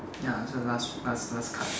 ya so the last last last card